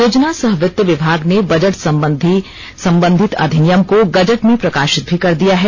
योजना सह वित्त विभाग ने बजट संबंधित अधिनियम को गजट में प्रकाशित भी कर दिया है